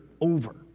over